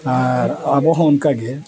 ᱟᱨ ᱟᱵᱚ ᱦᱚᱸ ᱚᱱᱠᱟ ᱜᱮ